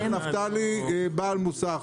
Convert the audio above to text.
מאיר נפתלי, בעל מוסך.